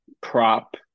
prop